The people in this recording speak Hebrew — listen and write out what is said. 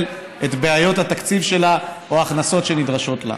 את בעיות התקציב שלה או ההכנסות שנדרשות לה.